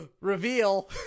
reveal